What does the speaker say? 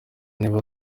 niyo